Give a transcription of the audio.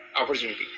opportunity